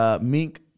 mink